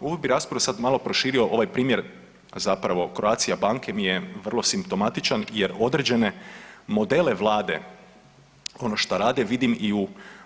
Ovu bi raspravu sad malo proširio ovaj primjer zapravo Croatica banke mi je vrlo simptomatičan jer određene modele Vlade ono što rade vidim i